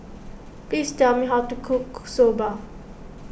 please tell me how to cook Soba